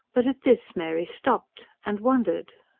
but at this mary stopped. and wondered.